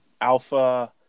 Alpha